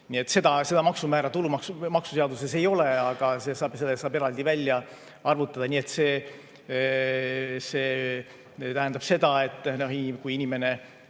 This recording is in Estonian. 34%‑ni. Seda maksumäära tulumaksuseaduses ei ole, aga selle saab eraldi välja arvutada. See tähendab seda, et kui inimene